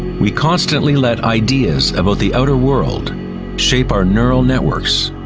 we constantly let ideas about the outer world shape our neural networks,